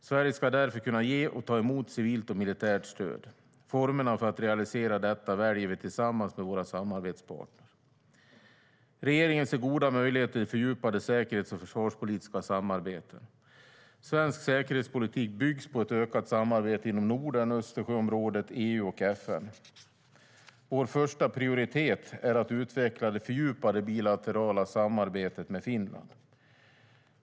Sverige ska därför kunna ge och ta emot civilt och militärt stöd. Formerna för att realisera detta väljer vi tillsammans med våra samarbetspartner. Regeringen ser goda möjligheter till fördjupade säkerhets och försvarspolitiska samarbeten. Svensk säkerhetspolitik byggs på ett ökat samarbete inom Norden, Östersjöområdet, EU och FN. Vår första prioritet är att utveckla det fördjupade bilaterala samarbetet med Finland.